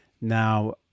Now